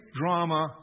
drama